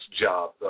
job